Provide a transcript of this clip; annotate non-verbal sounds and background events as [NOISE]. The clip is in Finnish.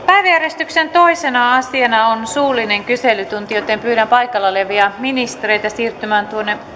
[UNINTELLIGIBLE] päiväjärjestyksen toisena asiana on suullinen kyselytunti pyydän paikalla olevia ministereitä siirtymään